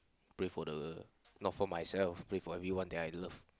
pray for the not for myself pray for everyone that I love